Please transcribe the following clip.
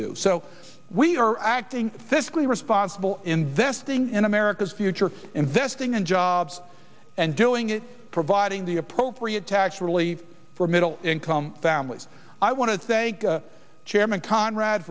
do so we are acting fiscally responsible investing in america's future investing in jobs and doing it providing the appropriate tax relief for middle income families i want to thank chairman conrad